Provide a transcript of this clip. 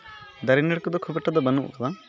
ᱫᱟᱨᱮ ᱱᱟᱲᱤ ᱠᱚᱫᱚ ᱠᱷᱩᱵ ᱮᱠᱴᱟ ᱫᱚ ᱵᱟᱰᱱᱩᱜ ᱠᱟᱫᱟ